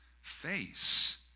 face